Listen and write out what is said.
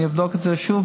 אני אבדוק את זה שוב,